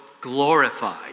glorified